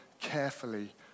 carefully